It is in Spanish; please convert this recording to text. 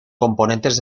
componentes